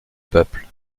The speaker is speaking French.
peuple